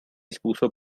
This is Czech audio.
způsob